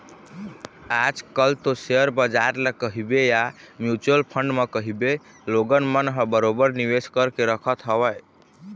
आज कल तो सेयर बजार ल कहिबे या म्युचुअल फंड म कहिबे लोगन मन ह बरोबर निवेश करके रखत हवय